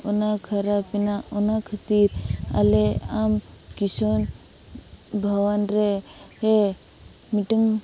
ᱚᱱᱟ ᱠᱷᱟᱨᱟᱯᱮᱱᱟ ᱚᱱᱟ ᱠᱷᱟᱛᱤᱨ ᱟᱞᱮ ᱟᱱ ᱠᱤᱥᱟᱹᱱ ᱵᱷᱚᱣᱟᱱ ᱨᱮ ᱦᱮ ᱢᱤᱫᱴᱟᱝ